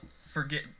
Forget